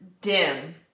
dim